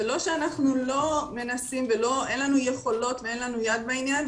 זה לא שאנחנו לא מנסים ואין לנו יכולות ואין לנו יד בעניין,